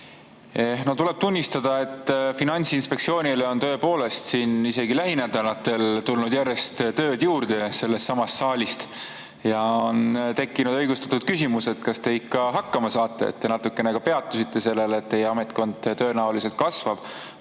Tuleb tunnistada, et Finantsinspektsioonile on tõepoolest isegi lähinädalatel tulnud järjest tööd juurde sellestsamast saalist ja on tekkinud õigustatud küsimus, et kas te ikka saate hakkama. Te natuke peatusite sellel, et teie ametkond tõenäoliselt kasvab,